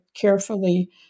carefully